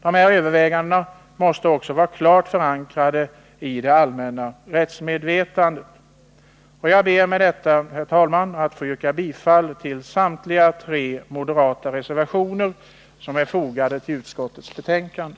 Dessa överväganden måste också vara klart förankrade i det allmänna rättsmedvetandet. Jag ber med detta, herr talman, att få yrka bifall till samtliga tre moderata reservationer som fogats till utskottets betänkande.